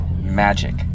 magic